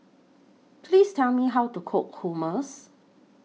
Please Tell Me How to Cook Hummus